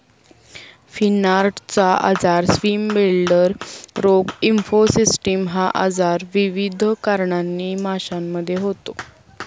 फिनार्टचा आजार, स्विमब्लेडर रोग, लिम्फोसिस्टिस हा आजार विविध कारणांनी माशांमध्ये होतो